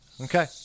Okay